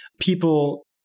people